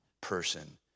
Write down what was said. person